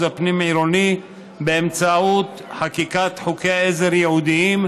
הפנים-עירוני באמצעות חקיקת חוקי עזר ייעודיים,